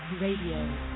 Radio